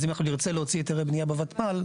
אז אם אנחנו נצרה להוציא היתרי בנייה בותמ"ל,